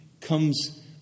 comes